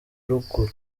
ruguru